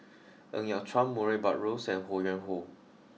Ng Yat Chuan Murray Buttrose and Ho Yuen Hoe